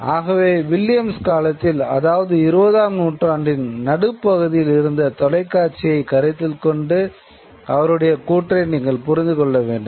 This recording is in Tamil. ஆகவே வில்லியம்ஸ் காலத்தில் அதாவது 20 ஆம் நூற்றாண்டின் நடுப்பகுதியில் இருந்த தொலைக்காட்சியை கருத்தில்கொண்டு அவருடையக் கூற்றை நீங்கள் புரிந்து கொள்ள வேண்டும்